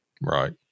right